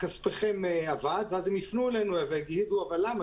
כספכם אבד ואז הם יפנו אלינו ויגידו: אבל למה?